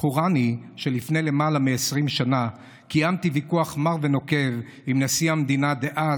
זכורני שלפני למעלה מ-20 שנה קיימתי ויכוח מר ונוקב עם נשיא המדינה דאז,